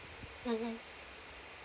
mmhmm